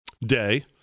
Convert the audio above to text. day